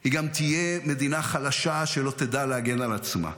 היא גם תהיה מדינה חלשה שלא תדע להגן על עצמה.